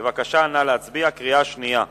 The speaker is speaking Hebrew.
בבקשה, נא להצביע בקריאה שנייה.